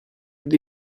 dei